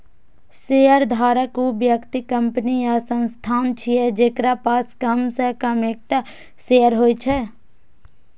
शेयरधारक ऊ व्यक्ति, कंपनी या संस्थान छियै, जेकरा पास कम सं कम एकटा शेयर होइ छै